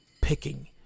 Picking